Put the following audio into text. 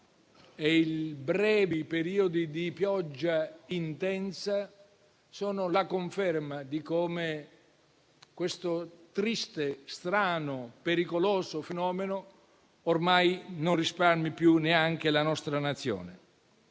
e i brevi periodi di pioggia intensa sono la conferma di come questo triste, strano, pericoloso fenomeno ormai non risparmi più neanche la nostra Nazione.